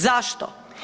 Zašto?